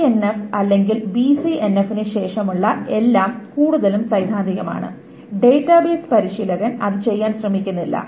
3NF അല്ലെങ്കിൽ BCNF ന് ശേഷമുള്ള എല്ലാം കൂടുതലും സൈദ്ധാന്തികമാണ് ഡാറ്റാബേസ് പരിശീലകൻ അത് ചെയ്യാൻ ശ്രമിക്കുന്നില്ല